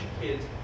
kids